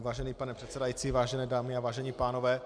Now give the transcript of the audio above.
Vážený pane předsedající, vážené dámy a vážení pánové.